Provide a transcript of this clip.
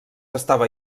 estava